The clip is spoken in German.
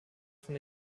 von